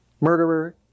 Murderer